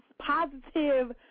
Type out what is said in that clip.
positive